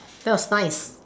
that was nice